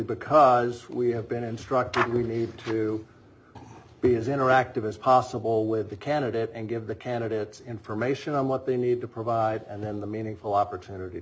because we have been instructed we need to be as interactive as possible with the candidate and give the candidates information on what they need to provide and then the meaningful opportunity